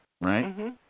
right